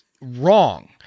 wrong